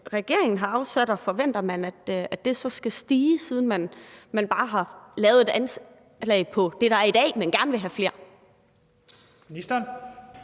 regeringen har afsat, og om man forventer, at det skal stige, siden man bare har lavet et anslag på det, der er i dag, men gerne vil have flere. Kl.